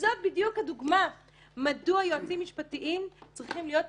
וזאת בדיוק הדוגמה מדוע יועצים משפטיים צריכים להיות עצמאיים.